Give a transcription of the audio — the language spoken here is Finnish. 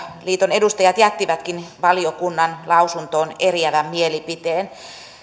edustajat jättivätkin valiokunnan lausuntoon eriävän mielipiteen